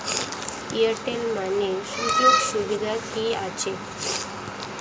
Airtel money সুযোগ সুবিধা কি আছে?